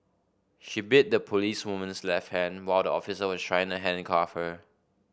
she bit the policewoman's left hand while the officer was trying to handcuff her